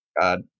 God